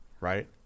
right